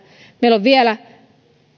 meillä on vielä